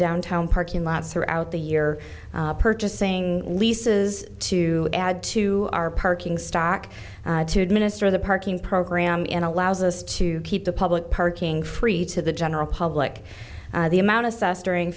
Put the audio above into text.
downtown parking lots are out the year purchasing leases to add to our parking stock to administer the parking program in allows us to keep the public parking free to the general public the amount assessed during